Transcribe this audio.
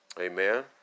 Amen